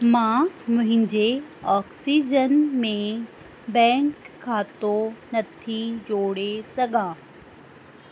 मां मुंहिंजे ऑक्सीजन में बैंक खातो नथी जोड़े सघां